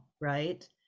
right